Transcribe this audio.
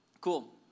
Cool